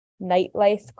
nightlife